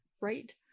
Right